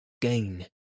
gain